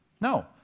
No